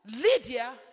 Lydia